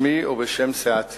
אני רוצה להודיע בשמי ובשם סיעתי